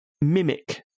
Mimic